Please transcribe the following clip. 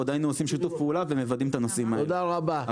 עוד היינו שיתוף פעולה ומוודאים את הנושאים האלה --- תודה רבה.